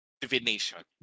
Divination